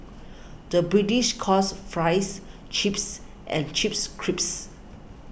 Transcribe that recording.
the British calls Fries Chips and Chips Crisps